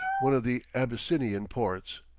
one of the abyssinian ports.